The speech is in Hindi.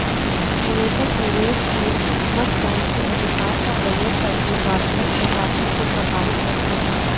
निवेशक, निवेश में मतदान के अधिकार का प्रयोग करके कॉर्पोरेट प्रशासन को प्रभावित करते है